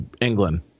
England